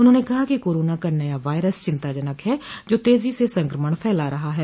उन्होंने कहा कि कोरोना का नया वायरस चिंताजनक है जो तेजी से संक्रमण फैला रहा है